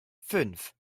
fünf